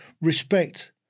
respect